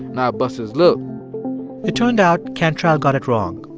and i busted his lip it turned out, cantrell got it wrong.